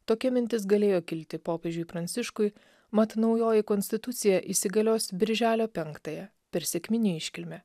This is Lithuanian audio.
tokia mintis galėjo kilti popiežiui pranciškui mat naujoji konstitucija įsigalios birželio penktąją per sekminių iškilmę